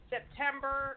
September